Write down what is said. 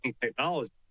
technology